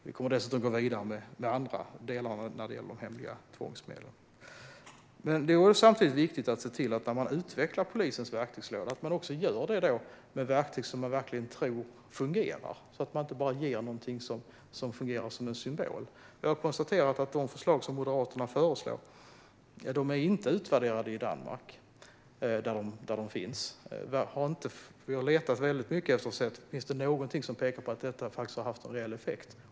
Vi kommer dessutom att gå vidare med andra delar när det gäller hemliga tvångsmedel. Det är samtidigt viktigt att se till att när man utvecklar polisens verktygslåda ska man verkligen göra det med verktyg som man tror fungerar och inte bara ge någonting som fungerar som en symbol. Jag har konstaterat att de förslag som Moderaterna har inte är utvärderade i Danmark, där dessa metoder finns. Vi har letat mycket för att se om det finns någonting som pekar på att detta har haft en reell effekt.